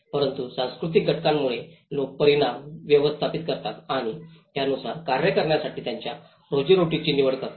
परंतु सांस्कृतिक घटकांमुळेच लोक परिणाम व्यवस्थापित करतात आणि त्यानुसार कार्य करण्यासाठी त्यांच्या रोजीरोटीची निवड करतात